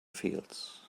fields